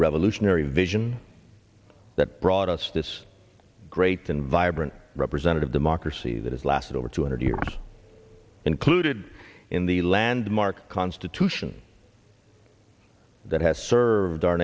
revolutionary vision that brought us this great than vibrant representative democracy that has lasted over two hundred years included in the landmark constitution that has served our